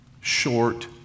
short